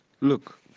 Look